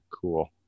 cool